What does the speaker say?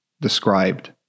described